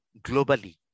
globally